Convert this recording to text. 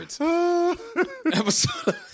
Episode